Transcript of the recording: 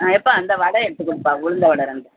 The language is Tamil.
ஆ அப்பா அந்த வடை எடுத்து கொடுப்பா உளுந்த வடை ரெண்டு